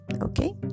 okay